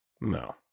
No